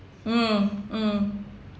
mm mm